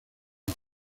off